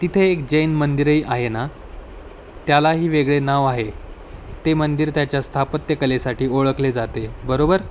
तिथे एक जैन मंदिरही आहे ना त्यालाही वेगळे नाव आहे ते मंदिर त्याच्या स्थापत्यकलेसाठी ओळखले जाते आहे बरोबर